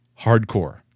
hardcore